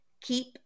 Keep